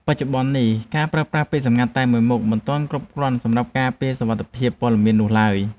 បច្ចុប្បន្ននេះការប្រើប្រាស់ពាក្យសម្ងាត់តែមួយមុខមិនទាន់គ្រប់គ្រាន់សម្រាប់ការពារសុវត្ថិភាពព័ត៌មាននោះឡើយ។